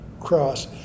cross